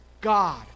God